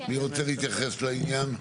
מי רוצה להתייחס לעניין?